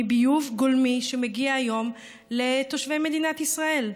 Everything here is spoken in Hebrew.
מביוב גולמי שמגיע היום לתושבי מדינת ישראל.